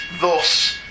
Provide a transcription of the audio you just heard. Thus